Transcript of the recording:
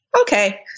Okay